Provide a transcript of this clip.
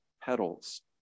petals